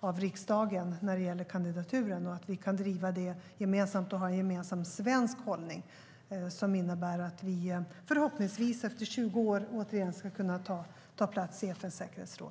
av riksdagen när det gäller kandidaturen och att vi kan driva detta gemensamt och ha en gemensam svensk hållning som innebär att vi förhoppningsvis efter 20 år återigen ska kunna ta plats i FN:s säkerhetsråd.